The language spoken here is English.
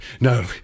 no